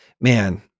man